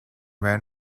ran